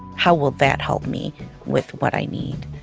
how will that help me with what i need?